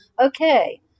okay